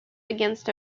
against